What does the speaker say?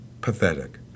pathetic